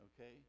okay